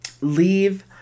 Leave